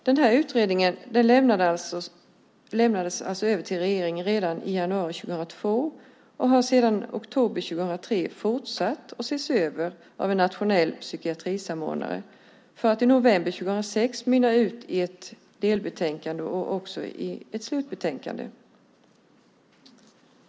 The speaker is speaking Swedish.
Denna utredning lämnades alltså över till regeringen redan i januari 2002 och har sedan oktober 2003 fortsatt setts över av en nationell psykiatrisamordnare, för att i november 2006 mynna ut i ett delbetänkande och ett slutbetänkande.